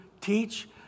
teach